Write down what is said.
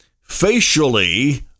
facially